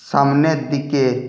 সামনের দিকে